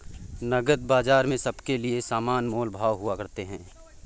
नकद बाजार में सबके लिये समान मोल भाव हुआ करते हैं